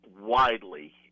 widely